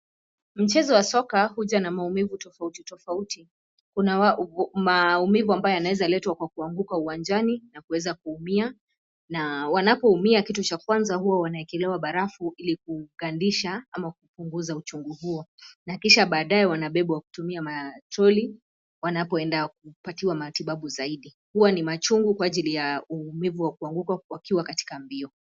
Mchezo wa soka huja na maumivu tofauti tofauti. Kuna maumivu ambayo yanaweza letwa kwa kuanguka uwanjani na kuweza kuumia na wanapoumia kitu cha kwanza huwa wanawekelewa barafu ili kugandisha ama kupunguza uchungu huo na kisha badae wanabebwa kutumia matroli wanapoenda kupatiwa matibabu zaidi. Huwa ni machungu kwa ajili uumivu wa kuanguka wakiwa katika mbio.